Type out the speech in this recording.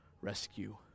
rescue